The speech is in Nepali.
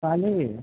फाले